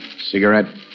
Cigarette